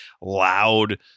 loud